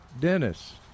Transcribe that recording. Dennis